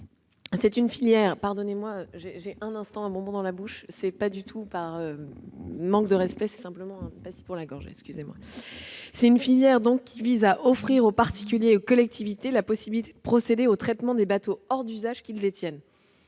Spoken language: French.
Cette filière vise à offrir aux particuliers et aux collectivités la possibilité de procéder au traitement des bateaux hors d'usage qu'ils détiennent.